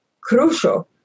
crucial